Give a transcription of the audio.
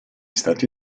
stati